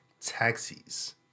taxis